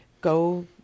go